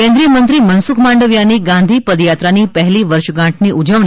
કેન્રિત યમંત્રી મનસુખ માંડવીયાની ગાંધી પદયાત્રાની પહેલી વર્ષગાંઠની ઉજવણી